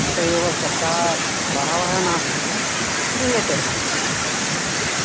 अत एव शब्दा बहवः नास्ति श्रूयते किन्तु